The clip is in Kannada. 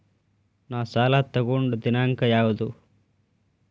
ನಾ ಸಾಲ ತಗೊಂಡು ದಿನಾಂಕ ಯಾವುದು?